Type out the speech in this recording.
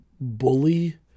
bully